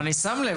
אני שם לב.